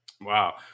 Wow